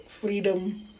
freedom